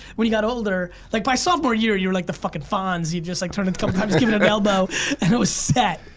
when you got older, like by sophomore year you were like the fucking fonz, you just like turn it a couple times, give it an elbow and it was set.